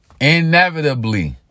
Inevitably